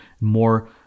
more